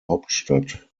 hauptstadt